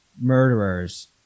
murderers